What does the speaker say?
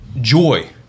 joy